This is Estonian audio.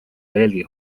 veelgi